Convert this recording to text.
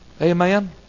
Amen